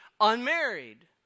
unmarried